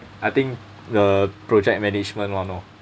I think the project management one lor